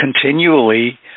continually